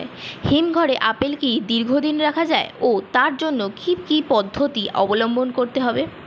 হিমঘরে আপেল কি দীর্ঘদিন রাখা যায় ও তার জন্য কি কি পদ্ধতি অবলম্বন করতে হবে?